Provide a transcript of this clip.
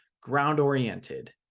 ground-oriented